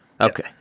Okay